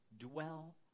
dwell